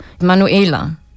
Manuela